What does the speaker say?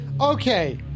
Okay